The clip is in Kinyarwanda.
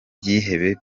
ibyihebe